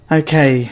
okay